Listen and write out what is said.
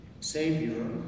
Savior